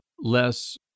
less